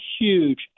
huge